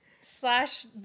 slash